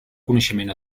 coneixement